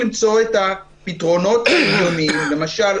כרגע ניהול הסיכונים אינו מאוזן.